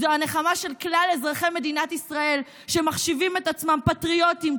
זו הנחמה של כלל אזרחי מדינת ישראל שמחשיבים את עצמם פטריוטים,